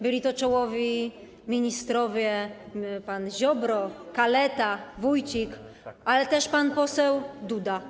Byli to czołowi ministrowie: pan Ziobro, Kaleta, Wójcik, ale też pan poseł Duda.